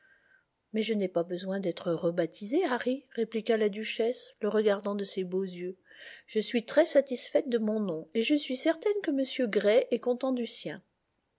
mais je n'ai pas besoin d'être rebaptisée harry répliqua la duchesse le regardant de ses beaux yeux je suis très satisfaite de mon nom et je suis certaine que m gray est content du sien